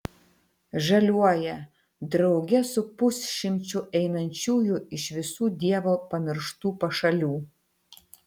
žaliuoja drauge su pusšimčiu einančiųjų iš visų dievo pamirštų pašalių